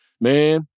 man